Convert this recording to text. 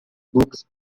books